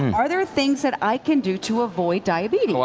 are there things that i can do to avoid diabetes?